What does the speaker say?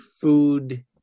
food